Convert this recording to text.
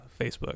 Facebook